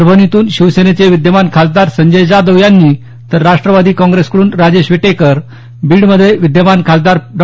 परभणीतून शिवसेनेचे विद्यमान खासदार संजय जाधव यांनी तर राष्ट्रवादी काँप्रेसकडून राजेश विटेकर बीडमध्ये विद्यमान खासदार डॉ